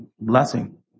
blessing